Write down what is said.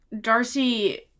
Darcy